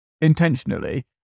intentionally